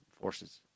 forces